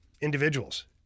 individuals